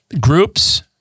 groups